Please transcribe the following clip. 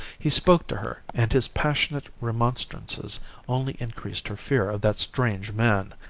he spoke to her, and his passionate remonstrances only increased her fear of that strange man.